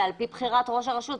זה על פי בחירת ראש הרשות.